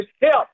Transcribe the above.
help